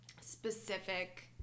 specific